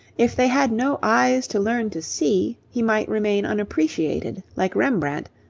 if they had no eyes to learn to see, he might remain unappreciated, like rembrandt,